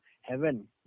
heaven